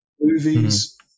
movies